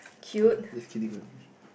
cute